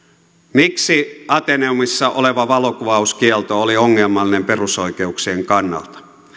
miksi ateneumissa oleva valokuvauskielto oli ongelmallinen perusoikeuksien kannalta